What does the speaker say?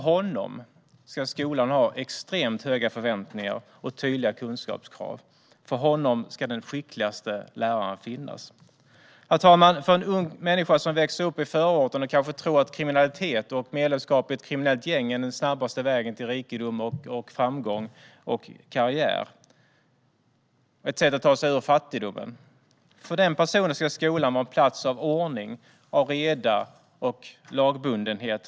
På honom ska skolan ha extremt höga förväntningar och tydliga kunskapskrav. För honom ska den skickligaste läraren finnas. För en ung människa som växer upp i förorten och kanske tror att kriminalitet och medlemskap i ett kriminellt gäng är den snabbaste vägen till rikedom, framgång och karriär - ett sätt att ta sig ut ur fattigdomen - ska skolan vara en plats av ordning, reda och lagbundenhet.